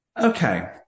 Okay